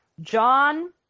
John